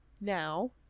now